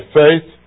faith